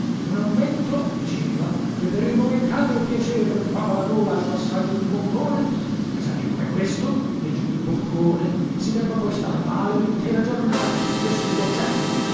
non ammetto diceva che per il momentaneo piacere che prova la gola al passaggio dun boccone per esempio come questo e giù il boccone si debba poi star male unintera giornata che sugo cè